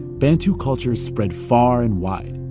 bantu culture spread far and wide,